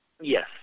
Yes